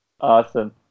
Awesome